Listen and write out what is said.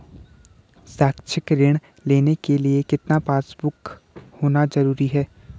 शैक्षिक ऋण लेने के लिए कितना पासबुक होना जरूरी है?